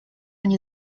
nie